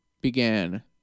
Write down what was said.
began